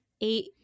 eight